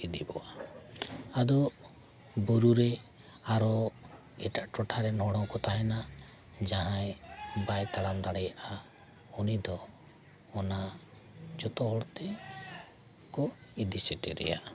ᱤᱫᱤ ᱠᱚᱣᱟ ᱟᱫᱚ ᱵᱩᱨᱩ ᱨᱮ ᱟᱨᱚ ᱮᱴᱟᱜ ᱴᱚᱴᱷᱟ ᱨᱮᱱ ᱦᱚᱲ ᱦᱚᱸᱠᱚ ᱛᱟᱦᱮᱱᱟ ᱡᱟᱦᱟᱸᱭ ᱵᱟᱭ ᱛᱟᱲᱟᱢ ᱫᱟᱲᱮᱭᱟᱜᱼᱟ ᱩᱱᱤ ᱫᱚ ᱚᱱᱟ ᱡᱷᱚᱛᱚ ᱦᱚᱲ ᱛᱮᱠᱚ ᱤᱫᱤ ᱥᱮᱴᱮᱨᱮᱭᱟ